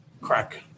crack